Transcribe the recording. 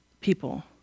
people